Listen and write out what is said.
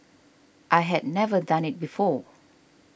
I had never done it before